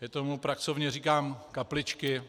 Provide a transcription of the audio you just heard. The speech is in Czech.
Já tomu pracovně říkám kapličky.